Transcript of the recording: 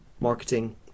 marketing